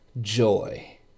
joy